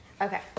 Okay